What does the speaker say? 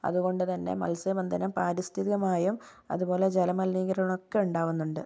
അതുകൊണ്ടുതന്നെ മത്സ്യബന്ധനം പാരിസ്ഥിതികമായും അതുപോലെ ജലമലിനീകരണമൊക്കെ ഉണ്ടാകുന്നുണ്ട്